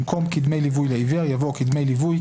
במקום "כדמי ליווי לעיוור" יבוא "כדמי ליווי,